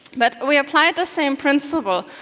but we applied the same principle.